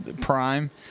prime